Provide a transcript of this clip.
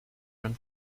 man